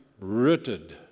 rooted